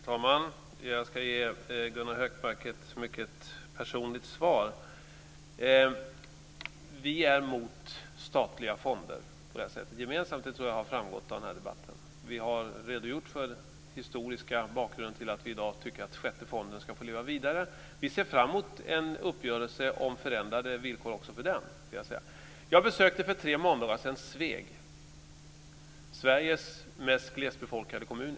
Fru talman! Jag ska ge Gunnar Hökmark ett mycket personligt svar. Vi är gemensamt emot statliga fonder på det här sättet. Det tror jag har framgått av den här debatten. Vi har redogjort för den historiska bakgrunden till att vi i dag tycker att den sjätte fonden ska leva vidare. Vi ser fram emot en uppgörelse om förändrade villkor också för den. Jag besökte för tre måndagar sedan Sveg, Sveriges mest glesbefolkade kommun.